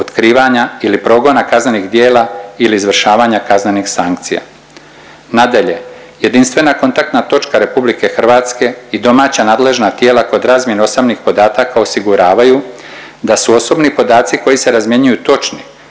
otkrivanja ili progona kaznenih djela ili izvršavanja kaznenih sankcija. Nadalje, jedinstvena kontaktna točka RH i domaća nadležna tijela kod razmjene osobnih podataka osiguravaju da su osobni podaci koji se razmjenjuju točni,